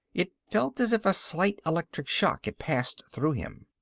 it felt as if a slight electric shock had passed through him.